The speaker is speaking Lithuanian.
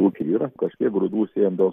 ūky yra kažkiek grūdų sėjam dėl